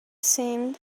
seemed